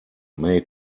may